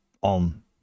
on